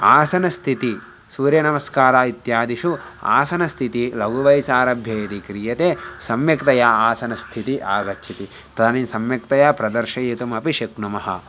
आसनस्थितिः सूर्यनमस्कारः इत्यादिषु आसनस्थितिः लघुवयसि आरभ्य यदि क्रियते सम्यक्तया आसनस्थितिः आगच्छति तदानीं सम्यक्तया प्रदर्शयितुमपि शक्नुमः